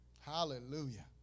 Hallelujah